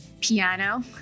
piano